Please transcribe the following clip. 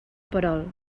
perol